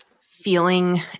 feeling